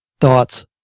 thoughts